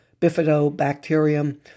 bifidobacterium